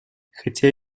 хотя